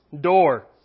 door